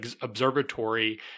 observatory